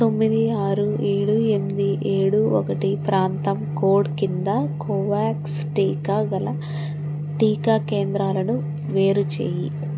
తొమ్మిది ఆరు ఏడు ఎనిమిది ఏడు ఒకటి ప్రాంతం కోడ్ కింద కోవ్యాక్స్ టీకా గల టీకా కేంద్రాలను వేరుచేయి